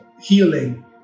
healing